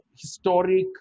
historic